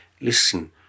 listen